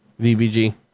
VBG